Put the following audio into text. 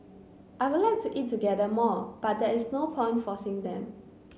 I would like to eat together more but there is no point forcing them